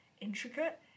intricate